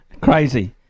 crazy